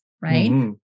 right